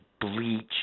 bleach